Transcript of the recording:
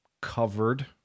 covered